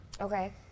Okay